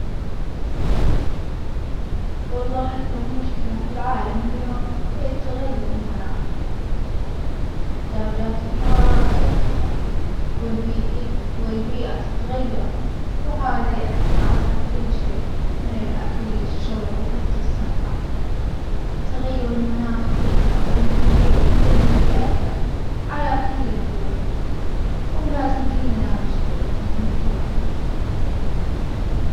والله أكبر مشكلة في العالم اليوم هي التغير المناخي، درجات الحرارة ترتفع والبيئي والبيئة تتغير وهذا يأثر على كل شي من الأكل للشرب وحتى الصحة، التغير المناخي له خطر كبير لأنه يأثر على كل الدول ولازم كلنا نشتغل نحمي كوكبنا.